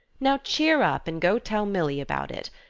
now cheer up, and go tell milly about it.